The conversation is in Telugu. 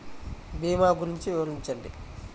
భీమా గురించి వివరించండి?